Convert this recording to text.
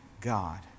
God